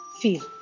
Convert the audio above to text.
feel